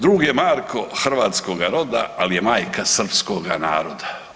Drug je Marko hrvatskoga roda, ali je majka srpskoga naroda.